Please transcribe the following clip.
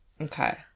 Okay